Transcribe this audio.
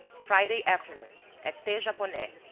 friday afternoon at the japonais,